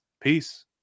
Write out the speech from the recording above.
Peace